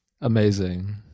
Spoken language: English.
amazing